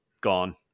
gone